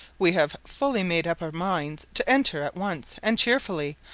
we have fully made up our minds to enter at once, and cheerfully,